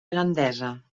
gandesa